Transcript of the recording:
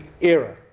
era